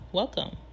welcome